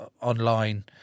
online